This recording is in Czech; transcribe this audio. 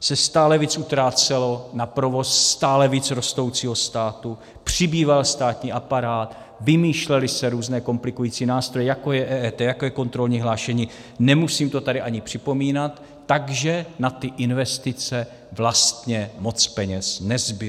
se stále více utrácelo na provoz stále více rostoucího státu, přibýval státní aparát, vymýšlely se různé komplikující nástroje, jako je EET, jako je kontrolní hlášení, nemusím to tady ani připomínat takže na ty investice vlastně moc peněz nezbylo.